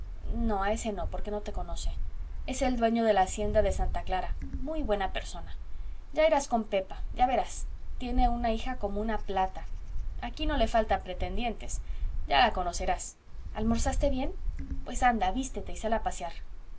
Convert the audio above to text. no a ese no porque no te conoce es el dueño de la hacienda de santa clara muy buena persona ya irás con pepa ya verás tiene una hija como una plata aquí no le faltan pretendientes ya la conocerás almorzaste bien pues anda vístete y sal a pasear